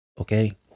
Okay